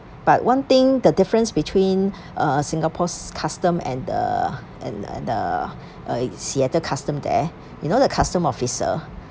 but one thing the difference between uh singapore's customs and the and and the(uh) seattle customs there you know the customs officer